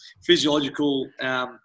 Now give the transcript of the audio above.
physiological